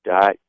dot